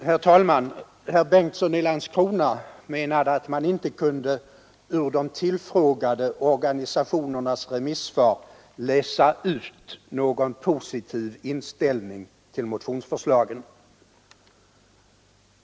Herr talman! Herr Bengtsson i Landskrona menade att man inte kunde ur de tillfrågade organisationernas remissvar läsa ut någon positiv inställning till motionsförslagen.